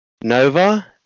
Nova